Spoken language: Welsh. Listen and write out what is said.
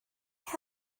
eich